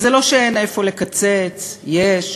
וזה לא שאין איפה לקצץ, יש.